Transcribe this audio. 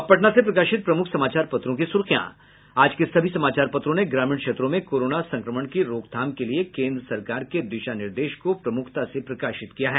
अब पटना से प्रकाशित प्रमुख समाचार पत्रों की सुर्खियां आज के सभी समाचार पत्रों ने ग्रामीण क्षेत्रों में कोरोना संक्रमण की रोकथाम के लिए केन्द्र सरकार के दिशा निर्देश को प्रमुखता से प्रकाशित किया है